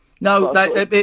No